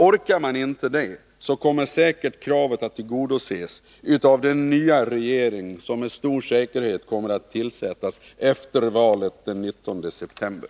Orkar man inte det kommer kravet säkert att tillgodoses av den nya regering som med stor säkerhet kommer att tillsättas efter valet den 19 september.